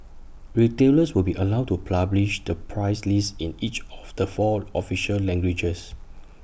retailers will be allowed to publish the price list in each of the four official languages